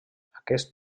aquest